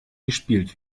gespielt